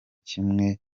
kimwe